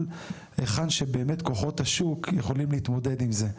אבל היכן שבאמת כוחות השוק יכולים להתמודד עם זה.